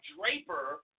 Draper